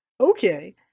okay